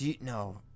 No